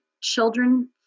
children